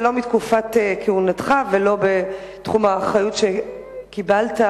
זה לא מתקופת כהונתך ולא בתחום האחריות או ההחלטות שקיבלת,